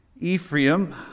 Ephraim